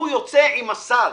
הוא יוצא עם הסל.